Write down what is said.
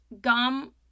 gum